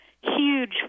huge